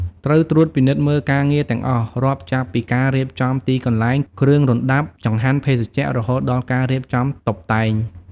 ត្រូវ ត្រួតពិនិត្យមើលការងារទាំងអស់ រាប់ចាប់ពីការរៀបចំទីកន្លែង គ្រឿងរណ្តាប់ ចង្ហាន់ ភេសជ្ជៈ រហូតដល់ការរៀបចំតុបតែង។